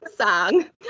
song